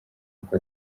uko